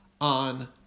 on